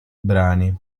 brani